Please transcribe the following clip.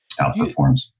outperforms